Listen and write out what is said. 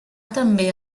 també